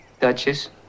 duchess